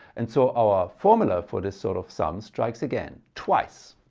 and so our formula for this sort of sum strikes again, twice.